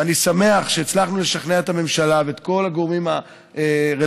ואני שמח שהצלחנו לשכנע את הממשלה ואת כל הגורמים הרלוונטיים,